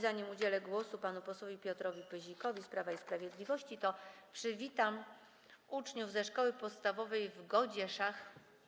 Zanim udzielę głosu panu posłowi Piotrowi Pyzikowi z Prawa i Sprawiedliwości, przywitam uczniów Szkoły Podstawowej w Godzieszach.